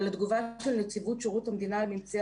ולתגובה של נציבות שירות המדינה על ממצאי